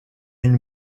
une